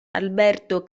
alberto